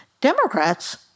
Democrats